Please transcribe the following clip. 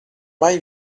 mai